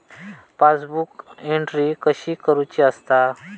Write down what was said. Passbook entry कशी करुची असता?